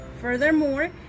furthermore